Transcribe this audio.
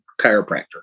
chiropractor